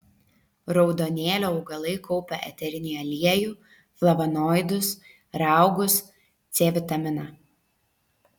raudonėlio augalai kaupia eterinį aliejų flavonoidus raugus c vitaminą